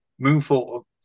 Moonfall